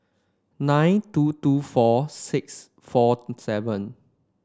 nine two two four six four seven